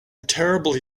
terribly